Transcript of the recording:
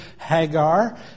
Hagar